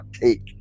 take